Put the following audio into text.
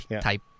type